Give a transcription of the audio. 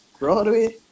Broadway